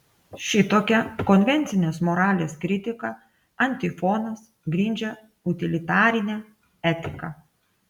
šitokia konvencinės moralės kritika antifonas grindžia utilitarinę etiką